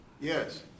Yes